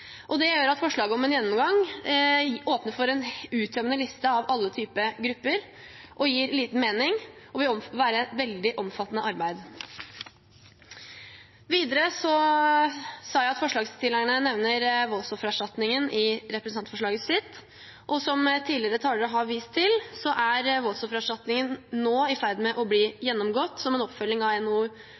Det gjør at forslaget om en gjennomgang åpner for en uttømmende liste av alle typer grupper, gir liten mening og vil medføre veldig omfattende arbeid. Videre sa jeg at forslagsstillerne nevner voldsoffererstatningen i representantforslaget sitt. Som tidligere talere har vist til, er voldsoffererstatningen nå i ferd med å bli gjennomgått som en oppfølging av